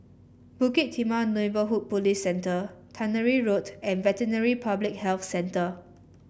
Bukit Timah Neighbourhood Police Centre Tannery Road and Veterinary Public Health Centre